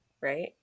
right